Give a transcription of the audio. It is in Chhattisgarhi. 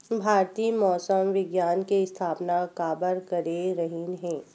भारती मौसम विज्ञान के स्थापना काबर करे रहीन है?